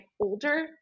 older